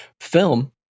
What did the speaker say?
film